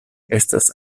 estas